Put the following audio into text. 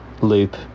loop